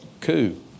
coup